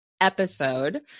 episode